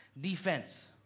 defense